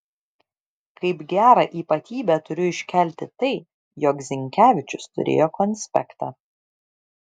kaip gerą ypatybę turiu iškelti tai jog zinkevičius turėjo konspektą